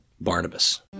Barnabas